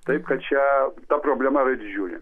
taip kad čia ta problema yra didžiulė